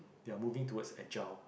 they are moving towards a gel